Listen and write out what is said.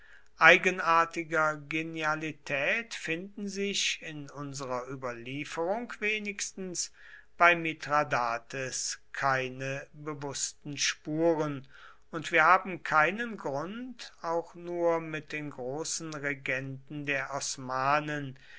eigenartiger genialität finden sich in unserer überlieferung wenigstens bei mithradates keine bewußten spuren und wir haben keinen grund auch nur mit den großen regenten der osmanen